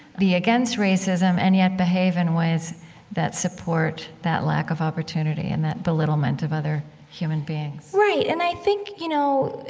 be against racism, and yet behave in ways that support that lack of opportunity, and that belittlement of other human beings right. and i think, you know,